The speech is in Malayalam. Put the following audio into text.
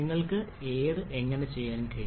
നിങ്ങൾക്ക് അത് എങ്ങനെ ചെയ്യാൻ കഴിയും